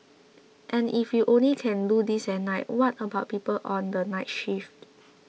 and if you only can do this at night what about people on the night shift